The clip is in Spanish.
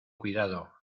cuidado